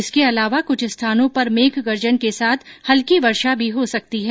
इसके अलावा कुछ स्थानों पर मेघ गर्जन के साथ हल्की वर्षा भी हो सकती है